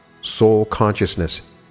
soul-consciousness